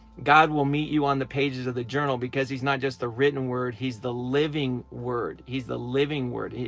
god will meet you on the pages of the journal because he's not just the written word, he's the living word. he's the living word.